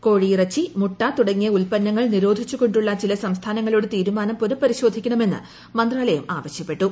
കോഴിയിറച്ചി മുട്ട തുടങ്ങിയ ഉല്പന്നങ്ങൾ നിരോധിച്ചുകൊണ്ടുള്ള ക്ടിപ്പില സംസ്ഥാനങ്ങളുടെ തീരുമാനം പുനപരിശോധിക്കണമെന്നു് മന്ത്രാലയം ആവശ്യപ്പെട്ടു